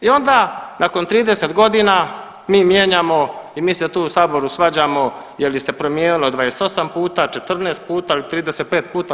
I onda nakon 30 godina mi mijenjamo i mi se tu u saboru svađamo je li se promijenilo 28 puta, 14 puta ili 35 puta.